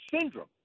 Syndrome